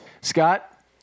Scott